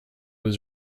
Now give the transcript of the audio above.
was